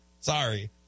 Sorry